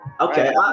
Okay